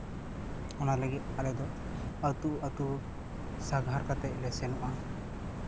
ᱚᱱᱟ ᱞᱟᱹᱜᱤᱫ ᱟᱞᱮ ᱫᱚ ᱟᱛᱳ ᱟᱛᱳ ᱥᱟᱸᱜᱷᱟᱨ ᱠᱟᱛᱮ ᱞᱮ ᱥᱮᱱᱚᱜᱼᱟ